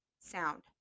sound